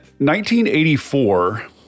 1984